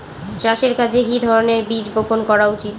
চাষের কাজে কি ধরনের বীজ বপন করা উচিৎ?